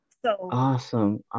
Awesome